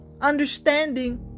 Understanding